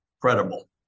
credible